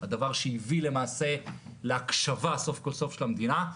הדבר שהביא למעשה להקשבה סוף כל סוף של המדינה.